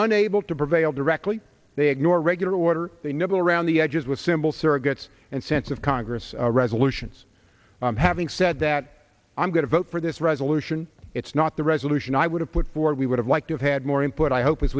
unable to prevail directly they ignore regular order they nibble around the edges with simple surrogates and sense of congress resolutions having said that i'm going to vote for this resolution it's not the resolution i would have put forward we would have liked to have had more input i hope